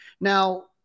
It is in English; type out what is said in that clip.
Now